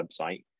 website